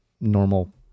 normal